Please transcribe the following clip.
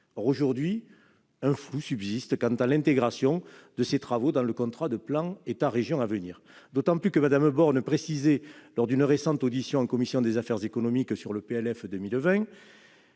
Or, aujourd'hui, un flou subsiste quant à l'intégration de ces travaux dans le contrat de plan État-région (CPER) à venir, d'autant que Mme Borne précisait, lors d'une audition devant la commission des affaires économiques sur la loi de